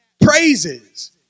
praises